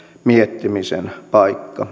miettimisen paikka